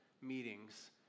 meetings